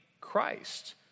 Christ